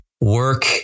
work